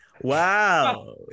Wow